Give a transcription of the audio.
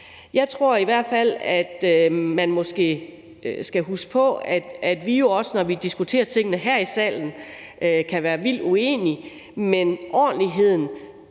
Jeg tror i hvert fald, at man måske skal huske på, at vi jo også, når vi diskuterer tingene her i salen, kan være vildt uenige, men ordentligheden